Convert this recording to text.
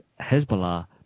Hezbollah